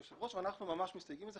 ממש מסתייגים מזה.